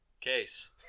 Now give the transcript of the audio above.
Case